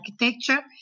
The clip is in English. architecture